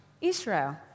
Israel